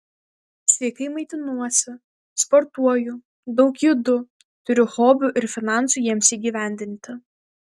sveikai maitinuosi sportuoju daug judu turiu hobių ir finansų jiems įgyvendinti